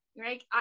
right